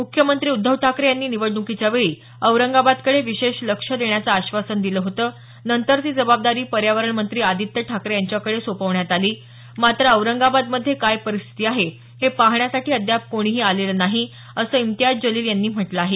मुख्यमंत्री उद्धव ठाकरे यांनी निवडणुकीच्या वेळी औरंगाबादकडे विशेष लक्ष देण्याचं आश्वासन दिलं होतं नंतर ती जबाबदारी पर्यावरण मंत्री आदित्य ठाकरे यांच्याकडे सोपवण्यात आली मात्र औरंगाबादमध्ये काय परिस्थिती आहे हे पाहण्यासाठी अद्याप कोणीही आलेलं नाही असं इम्तियाज जलील यांनी म्हटलं आहे